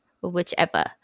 whichever